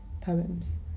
poems